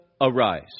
Arise